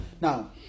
Now